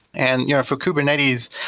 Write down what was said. and yeah for kubernetes,